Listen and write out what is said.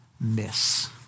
miss